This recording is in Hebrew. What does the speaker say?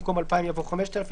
במקום "2,000" יבוא "5,000",